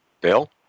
Bill